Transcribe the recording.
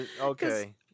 Okay